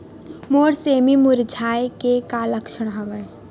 मोर सेमी मुरझाये के का लक्षण हवय?